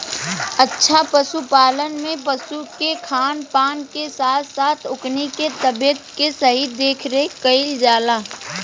अच्छा पशुपालन में पशु के खान पान के साथ साथ ओकनी के तबियत के सही देखरेख कईल जाला